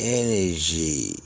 energy